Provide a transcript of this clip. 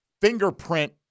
fingerprint